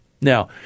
Now